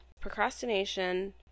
procrastination